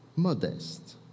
modest